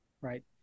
right